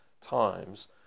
times